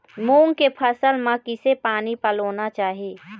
मूंग के फसल म किसे पानी पलोना चाही?